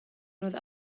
roedd